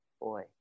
boy